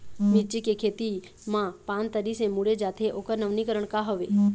मिर्ची के खेती मा पान तरी से मुड़े जाथे ओकर नवीनीकरण का हवे?